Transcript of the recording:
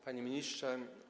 Panie Ministrze!